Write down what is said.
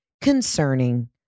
concerning